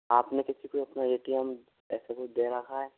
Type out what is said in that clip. आपने किसी को अपना ए टी एम ऐसा कुछ दे रखा है